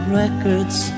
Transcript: records